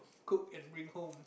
cook and bring home